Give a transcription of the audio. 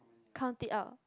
count it out